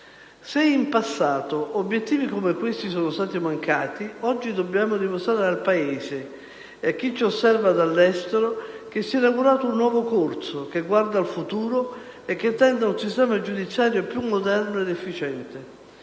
Se in passato obiettivi come questi sono stati mancati, oggi dobbiamo dimostrare al Paese e a chi ci osserva dall'estero che si è inaugurato un nuovo corso, che guarda al futuro e che tende ad un sistema giudiziario più moderno ed efficiente.